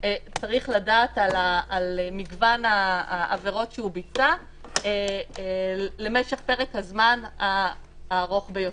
צריך לדעת על מגוון העבירות שהוא ביצע למשך פרק הזמן הארוך ביותר.